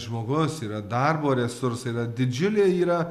žmogus yra darbo resursai yra didžiulė yra